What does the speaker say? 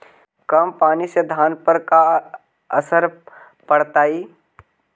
कम पनी से धान पर का असर पड़तायी?